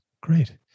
Great